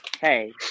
Hey